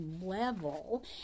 level